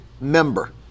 member